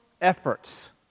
efforts